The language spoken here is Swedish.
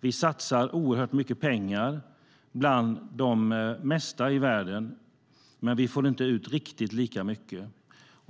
Vi satsar oerhört mycket pengar - nästan mest i världen - men vi får inte ut riktigt lika mycket.